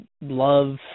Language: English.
love